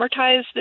amortize